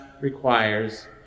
requires